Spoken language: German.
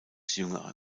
jüngerer